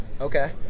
Okay